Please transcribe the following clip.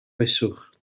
beswch